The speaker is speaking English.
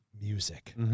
music